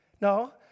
No